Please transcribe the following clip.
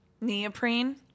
neoprene